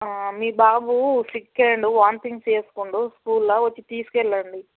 మీ బాబు సిక్ అయ్యిండు వాంతింగ్స్ చేసుకుండు స్కూల్లో వచ్చి తీసుకు వెళ్ళండి